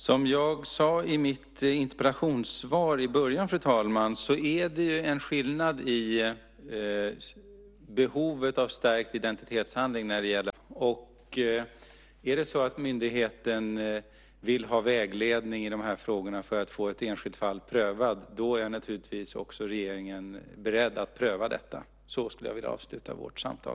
Fru talman! Avslutningsvis tycker jag att det är bra att Yvonne Ruwaida följer de här frågorna. Är det så att myndigheten vill ha vägledning i de här frågorna för att få ett enskilt fall prövat är regeringen naturligtvis beredd att pröva det. Så skulle jag vilja avsluta vårt samtal.